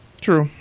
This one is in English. true